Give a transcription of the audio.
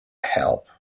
help